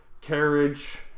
carriage